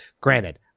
Granted